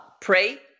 pray